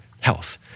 Health